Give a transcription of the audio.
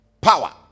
power